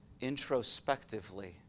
introspectively